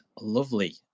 lovely